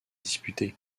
disputée